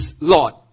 Lord